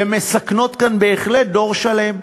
ומסכנים כאן בהחלט דור שלם.